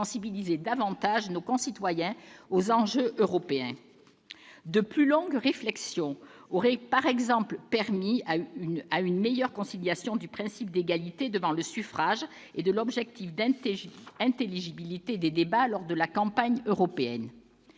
pour sensibiliser davantage nos concitoyens aux enjeux européens. De plus longues réflexions auraient, par exemple, permis de se pencher sur une meilleure conciliation du principe d'égalité devant le suffrage et de l'objectif d'intelligibilité des débats lors de la campagne européenne.